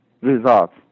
results